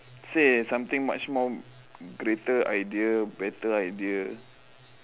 say something much more greater idea better idea